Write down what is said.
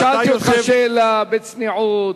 שאלתי אותך שאלה בצניעות,